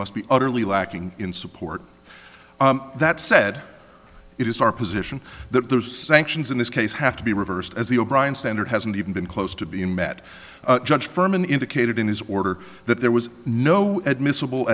must be utterly lacking in support that said it is our position that those sanctions in this case have to be reversed as the o'brien standard hasn't even been close to being met judge firman indicated in his order that there was no admissible